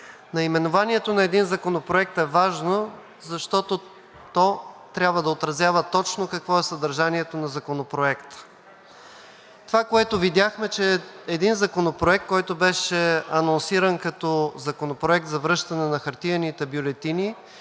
Наименованието на един законопроект е важно, защото то трябва да отразява точно какво е съдържанието на законопроекта. Това, което видяхме, е, че един законопроект, който беше анонсиран като законопроект за връщане на хартиените бюлетини